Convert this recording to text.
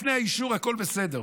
לפני האישור הכול בסדר.